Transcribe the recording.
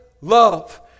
love